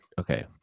Okay